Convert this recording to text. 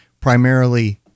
primarily